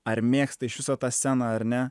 ar mėgsta iš viso tą sceną ar ne